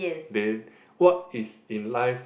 than what is in life